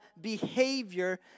behavior